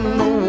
no